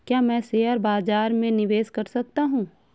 क्या मैं शेयर बाज़ार में निवेश कर सकता हूँ?